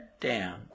down